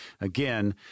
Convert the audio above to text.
again